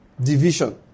Division